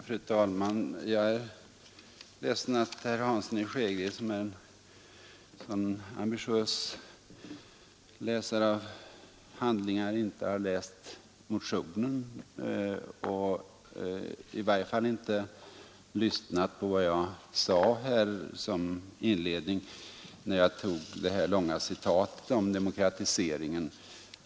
Fru talman! Jag är ledsen att herr Hansson i Skegrie, som är en så ambitiös läsare av handlingar, tydligen inte har läst motionen och i varje fall inte lyssnade på vad jag sade som inledning när jag tog det långa citatet om demokratiseringen.